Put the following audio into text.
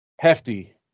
hefty